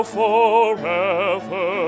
forever